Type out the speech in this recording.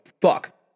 fuck